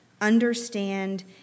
understand